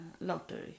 lottery